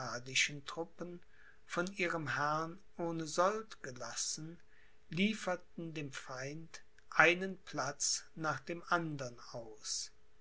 truppen von ihrem herrn ohne sold gelassen lieferten dem feind einen platz nach dem andern aus